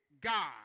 God